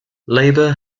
labor